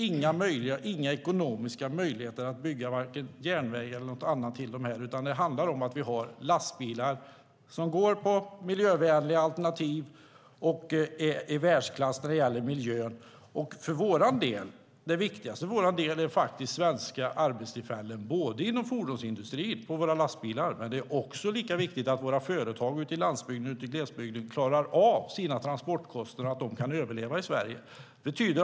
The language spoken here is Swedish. Det finns inga ekonomiska möjligheter att bygga vare sig järnväg eller något annat dit, utan det handlar om att vi har lastbilar som går på miljövänliga alternativ och är i världsklass när det gäller miljön. Det viktiga för vår del är svenska arbetstillfällen inom fordonsindustrin, med våra lastbilar, men det är lika viktigt att företag ute i glesbygden klarar av sina transportkostnader och kan överleva i Sverige.